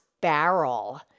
barrel